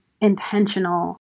intentional